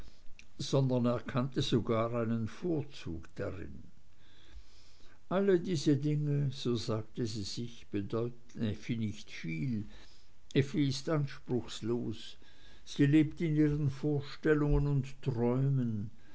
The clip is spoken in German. sondern erkannte sogar einen vorzug darin alle diese dinge so sagte sie sich bedeuten effi nicht viel effi ist anspruchslos sie lebt in ihren vorstellungen und träumen